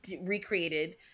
recreated